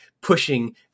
pushing